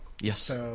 Yes